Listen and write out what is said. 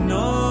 no